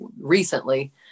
recently